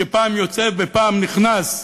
שפעם יוצא ופעם נכנס,